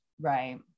Right